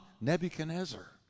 Nebuchadnezzar